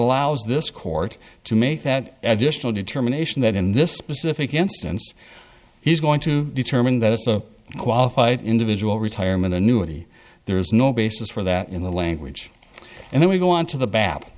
allows this court to make that educational determination that in this specific instance he's going to determine that it's a qualified individual retirement annuity there's no basis for that in the language and then we go on to the bat